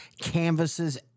canvases